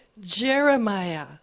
Jeremiah